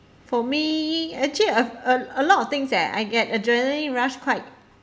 for me actually a a a lot of things that I get adrenaline rush quite